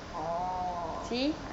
orh